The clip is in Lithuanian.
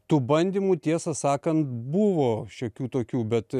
tų bandymų tiesą sakant buvo šiokių tokių bet